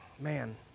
man